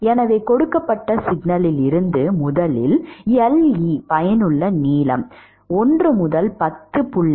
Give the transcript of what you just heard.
எனவே கொடுக்கப்பட்ட சிக்கலில் இருந்து முதலில் le பயனுள்ள நீளம் 1 முதல் 10